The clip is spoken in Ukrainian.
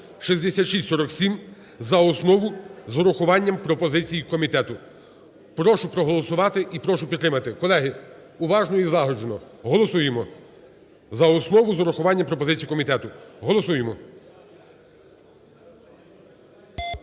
(6647) за основу з врахуванням пропозицій комітету. Прошу проголосувати і прошу підтримати. Колеги, уважно і злагоджено. Голосуємо, за основу з врахуванням пропозицій комітету. Голосуємо.